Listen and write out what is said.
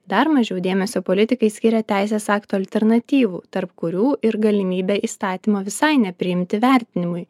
dar mažiau dėmesio politikai skiria teisės aktų alternatyvų tarp kurių ir galimybė įstatymo visai nepriimti vertinimui